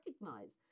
recognize